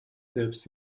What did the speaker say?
selbst